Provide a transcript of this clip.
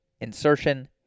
insertion